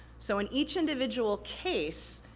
so, in each individual case,